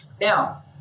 Now